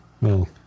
No